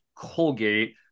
colgate